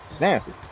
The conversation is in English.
nasty